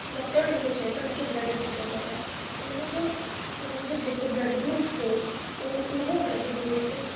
doctor उन खे चयो त उन खे ब्लड जी ज़रूरत आहे उन जो उन जो जेको ब्लड ग्रुप हुओ उहो उहो ब्लड ग्रुप